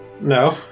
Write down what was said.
No